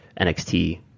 NXT